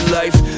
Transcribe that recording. life